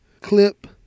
clip